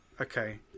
Okay